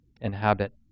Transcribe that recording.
inhabit